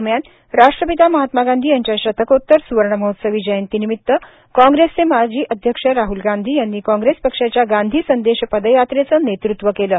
दरम्यान राष्ट्रपिता महात्मा गांधी यांच्या शतकोत्तर सुवर्णमहोत्सवी जयंती निमित कॉंग्रेसचे माजी अध्यक्ष राहूल गांधी यांनी कॉंग्रेस पक्षाच्या गांधी संदेश पदयावेचं नेतृत्व केलं